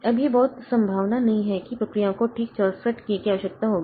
अब यह बहुत संभावना नहीं है कि प्रक्रियाओं को ठीक 64 K की आवश्यकता होगी